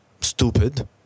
stupid